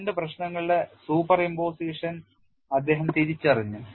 രണ്ട് പ്രശ്നങ്ങളുടെ സൂപ്പർപോസിഷൻ അദ്ദേഹം തിരിച്ചറിഞ്ഞു